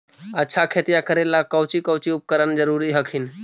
अच्छा खेतिया करे ला कौची कौची उपकरण जरूरी हखिन?